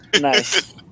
Nice